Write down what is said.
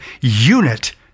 unit